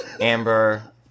Amber